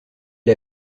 l’a